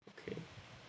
okay